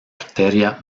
arteria